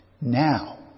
Now